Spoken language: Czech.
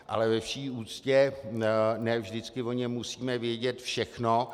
Ale ve vší úctě, ne vždycky o něm musíme vědět všechno.